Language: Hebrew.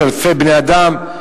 שאלפי בני-אדם,